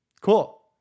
Cool